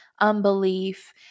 unbelief